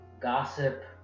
gossip